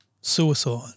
suicide